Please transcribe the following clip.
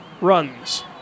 runs